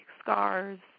scars